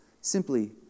simply